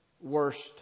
worst